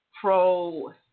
pro